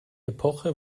epoche